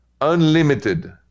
Unlimited